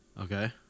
Okay